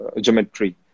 geometry